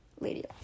Lady